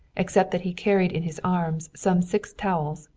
except that he carried in his arms some six towels,